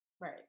Right